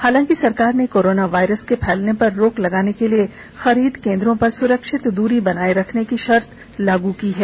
हालांकि सरकार ने कोरोना वायरस के फैलने पर रोक लगाने के लिए खरीद केन्दों पर सुरक्षित दूरी बनाये रखने की शर्त लागू की है